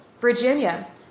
Virginia